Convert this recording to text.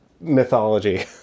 mythology